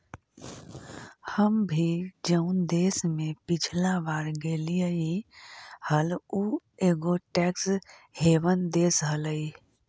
हम भी जऊन देश में पिछला बार गेलीअई हल ऊ एगो टैक्स हेवन देश हलई